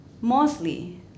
mostly